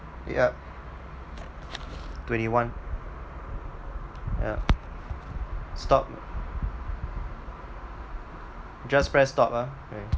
yup twenty one yup stop just press stop ah